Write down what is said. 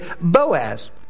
Boaz